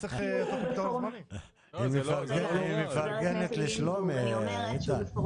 -- היא מפרגנת לשלומי, איתן.